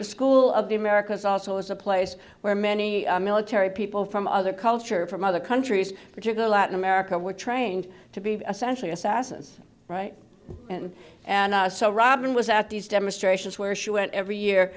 the school of the americas also is a place where many military people from other culture from other countries particular latin america were trained to be essentially assassins right and and so robin was at these demonstrations where she went every year